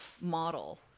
model